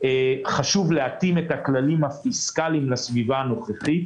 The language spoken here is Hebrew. חשוב להתאים את הכללים הפיסקליים לסביבה הנוכחית